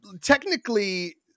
technically